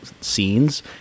scenes